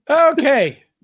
Okay